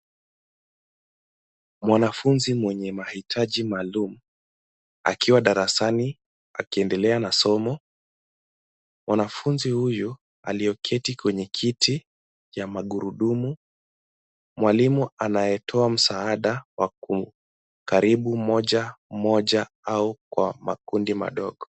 Mwanafunzi mwenye mahitaji maalum akiwa darasani, akiendelea na somo. Mwanafunzi huyu alioketi kwenye kiti ya magurudumu. Mwalimu anayetoa msaada wa kum, karibu moja moja au kwa makundi madogo.